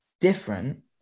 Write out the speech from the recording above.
different